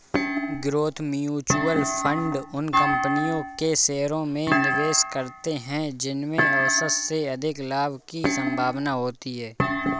growth mutual fund उन कंपनियों के शेयरों में निवेश करते हैं जिनमें औसत से अधिक लाभ की संभावना होती है